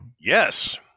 Yes